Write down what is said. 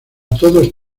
todos